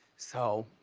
so,